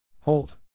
Hold